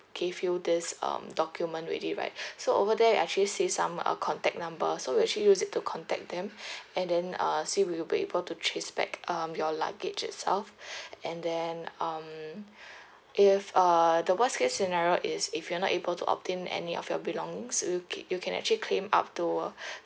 gave you this um document already right so over there I actually see some uh contact number so we'll actually use it to contact them and then uh see if we will be able to trace back um your luggage itself and then um if uh the worst case scenario is if you're not able to obtain any of your belongings you c~ you can actually claim up to